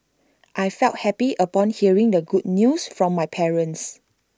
I felt happy upon hearing the good news from my parents